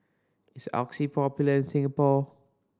is Oxy popular in Singapore